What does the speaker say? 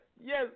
yes